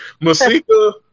Masika